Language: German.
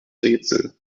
rätsel